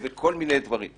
בגלל שהזכירו את שמך פה.